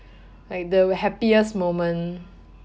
like the happiest moment